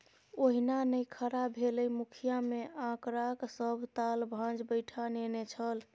ओहिना नै खड़ा भेलै मुखिय मे आंकड़ाक सभ ताल भांज बैठा नेने छल